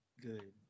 good